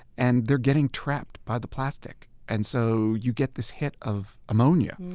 and they're getting trapped by the plastic. and so, you get this hit of ammonia.